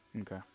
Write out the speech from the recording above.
Okay